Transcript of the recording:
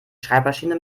schreibmaschine